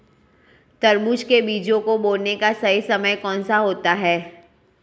तरबूज के बीजों को बोने का सही समय कौनसा होता है?